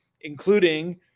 including